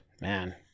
Man